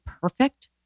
perfect